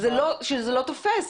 זה לא תופס.